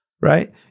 Right